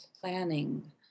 planning